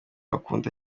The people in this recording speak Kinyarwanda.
akunda